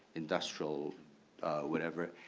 industrial whatever,